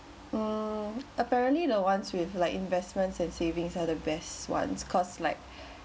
mm apparently the ones with like investments and savings are the best ones cause like